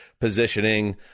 positioning